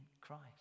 Christ